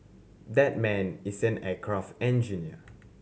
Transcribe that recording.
that man is an aircraft engineer